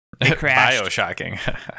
Bioshocking